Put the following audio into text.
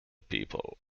people